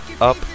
up